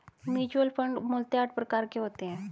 mutual fund मूलतः आठ प्रकार के होते हैं